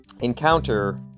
encounter